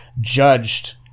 judged –